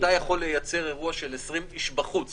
אתה יכול לייצר אירוע של 20 איש בחוץ,